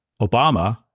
Obama